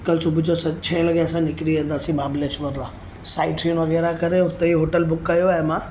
कल्ह सुबुह जो असां छह लॻे असां निकिरी वेंदासीं महाबलेश्वर लाइ साइड सीन वग़ैरह करे हुते ई होटल बुक कयो ऐं मां